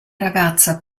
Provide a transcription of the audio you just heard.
ragazza